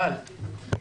טל,